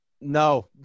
No